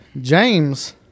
James